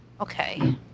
Okay